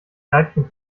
leibchen